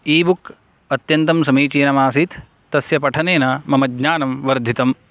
E book अत्यन्तं समीचीनम् आसीत् तस्य पठनेन मम ज्ञानं वर्धितम्